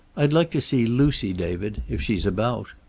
i'd like to see lucy, david, if she's about.